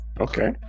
okay